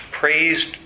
praised